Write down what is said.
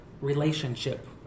relationship